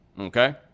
Okay